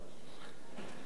ממשלת שני הראשים,